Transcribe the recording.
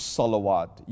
salawat